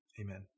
Amen